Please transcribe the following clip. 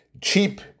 cheap